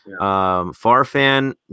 Farfan